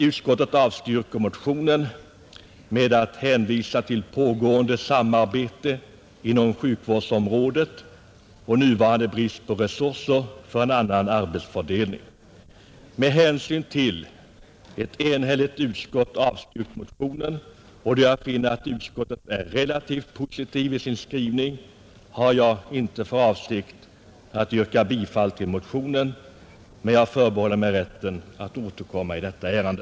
Utskottet avstyrker motionen med att hänvisa till pågående samarbete inom sjukvårdsområdet och nuvarande brist på resurser för en annan arbetsfördelning. Då ett enhälligt utskott avstyrkt motionen och då jag finner att utskottet är relativt positivt i sin skrivning, har jag inte för avsikt att yrka bifall till motionen, men jag förbehåller mig rätten att återkomma i detta ärende.